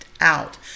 out